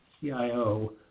CIO